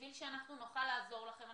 בשביל שנוכל לעזור לכם,